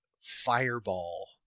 fireball